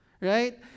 Right